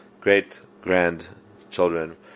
great-grandchildren